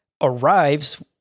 arrives